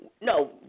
No